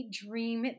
dream